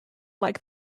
like